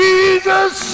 Jesus